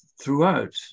throughout